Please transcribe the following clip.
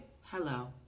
hello